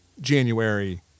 january